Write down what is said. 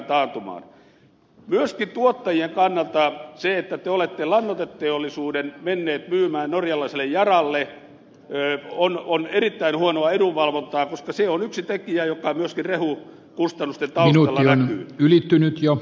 myöskin tuottajien kannalta se että te olette lannoiteteollisuuden menneet myymään norjalaiselle yaralle on erittäin huonoa edunvalvontaa koska se on yksi tekijä joka myöskin rehukustannusten taustalla näkyy